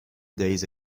days